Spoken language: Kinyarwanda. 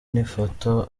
n’ifoto